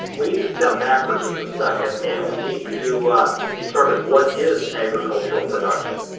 we need to step back for just a second and we need to determine what is agricultural production.